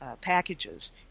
packages